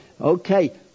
Okay